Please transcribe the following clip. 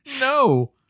no